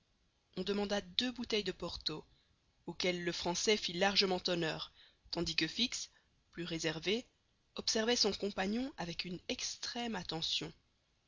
on demanda deux bouteilles de porto auxquelles le français fit largement honneur tandis que fix plus réservé observait son compagnon avec une extrême attention